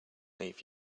leave